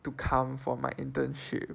to come for my internship